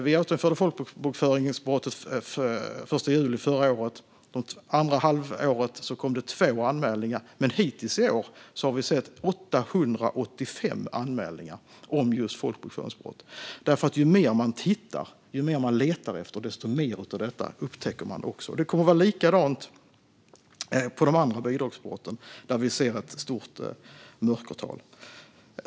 Vi återinförde folkbokföringsbrottet den 1 juli förra året, och under det andra halvåret kom det två anmälningar. Hittills i år har vi dock sett 885 anmälningar om just folkbokföringsbrott, för ju mer man tittar och letar, desto mer av detta upptäcker man. Det kommer att vara likadant för de andra bidragsbrotten, där vi ser ett stort mörkertal.